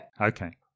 Okay